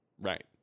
Right